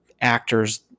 actors